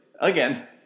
again